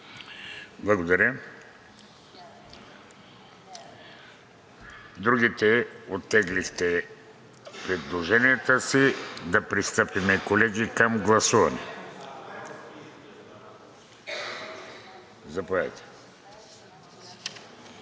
Благодаря. Другите оттеглихте предложенията си. Да пристъпим, колеги, към гласуване. Заповядайте.